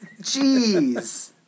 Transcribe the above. Jeez